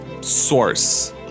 source